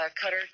Cutter